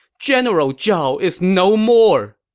general zhao is no more!